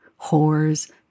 whores